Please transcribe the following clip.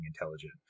intelligent